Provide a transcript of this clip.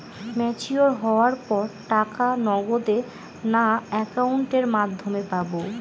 Mature হওয়ার পর টাকা নগদে না অ্যাকাউন্টের মাধ্যমে পাবো?